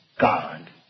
God